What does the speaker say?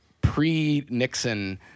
pre-Nixon